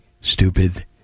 stupid